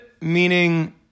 meaning